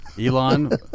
Elon